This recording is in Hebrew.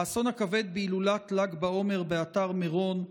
האסון הכבד בהילולת ל"ג בעומר באתר מירון,